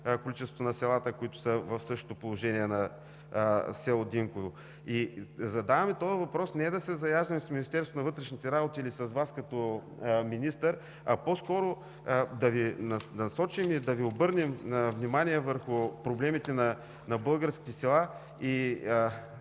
количеството на селата, които са в същото положение като село Динково. Задаваме този въпрос не за да се заяждаме с Министерството на вътрешните работи или с Вас като министър, а по-скоро да Ви насочим и да Ви обърнем внимание върху проблемите на българските села,